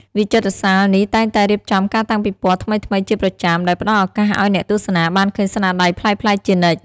វិចិត្រសាលនេះតែងតែរៀបចំការតាំងពិពណ៌ថ្មីៗជាប្រចាំ ដែលផ្តល់ឱកាសឲ្យអ្នកទស្សនាបានឃើញស្នាដៃប្លែកៗជានិច្ច។